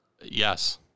Yes